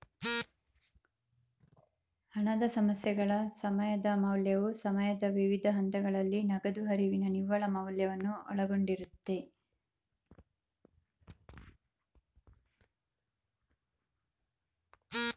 ಹಣದ ಸಮಸ್ಯೆಗಳ ಸಮಯದ ಮೌಲ್ಯವು ಸಮಯದ ವಿವಿಧ ಹಂತಗಳಲ್ಲಿ ನಗದು ಹರಿವಿನ ನಿವ್ವಳ ಮೌಲ್ಯವನ್ನು ಒಳಗೊಂಡಿರುತ್ತೆ